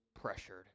pressured